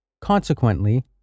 Consequently